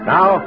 Now